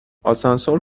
آسانسور